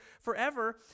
forever